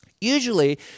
Usually